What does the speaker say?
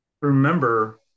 remember